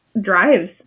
drives